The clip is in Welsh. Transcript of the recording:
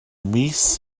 mis